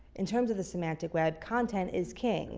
in terms of the semantic web, content is king